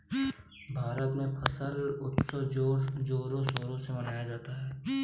भारत में फसल उत्सव जोर शोर से मनाया जाता है